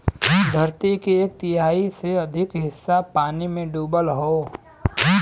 धरती के एक तिहाई से अधिक हिस्सा पानी में डूबल हौ